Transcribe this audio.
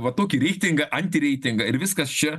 va tokį reitingą anti reitingą ir viskas čia